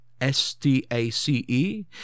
S-T-A-C-E